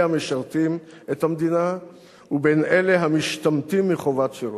המשרתים את המדינה ובין אלה המשתמטים מחובת שירות,